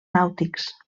nàutics